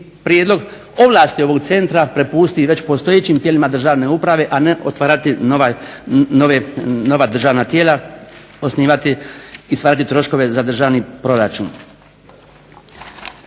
prijedlog ovlasti ovog centra prepusti već postojećim tijelima državne uprave, a ne otvarati nova državna tijela, osnivati i stvarati troškove za državni proračun.